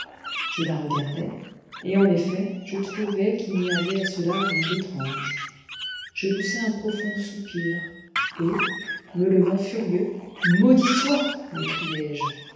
je la regardai et en effet je trouvai qu'il n'y avait à cela rien d'étrange je poussai un profond soupir et me levant furieux maudit soit m'écriai-je